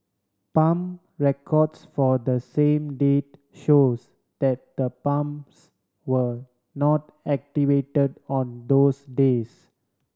pump records for the same date shows that the pumps were not activated on those days